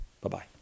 Bye-bye